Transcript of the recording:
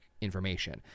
information